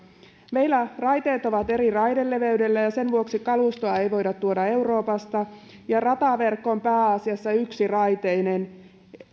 meillä raiteet ovat eri raideleveydellä ja sen vuoksi kalustoa ei voida tuoda euroopasta ja rataverkko on pääasiassa yksiraiteinen